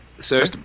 Sir